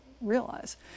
realize